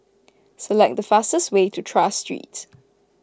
select the fastest way to Tras Streets